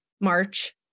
March